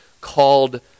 Called